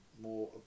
more